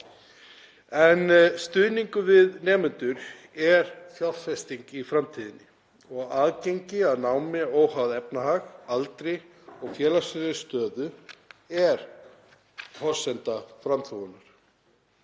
Stuðningur við nemendur er fjárfesting í framtíðinni og aðgengi að námi óháð efnahag, aldri og félagslegri stöðu er forsenda framþróunar.